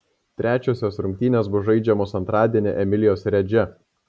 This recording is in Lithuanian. trečiosios rungtynės bus žaidžiamos antradienį emilijos redže